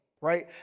right